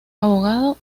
abogado